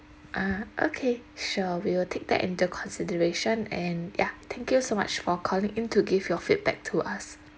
ah okay sure we will take that into consideration and ya thank you so much for calling in to give your feedback to us